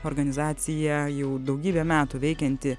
organizacija jau daugybę metų veikianti